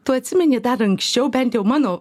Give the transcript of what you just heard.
tai tu atsimeni dar anksčiau bent jau mano